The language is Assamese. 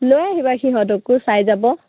লৈ আহিবা সিহঁতকো চাই যাব